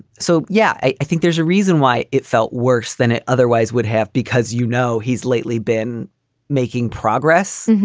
so yeah, i i think there's a reason why it felt worse than it otherwise would have because you know, he's lately been making progress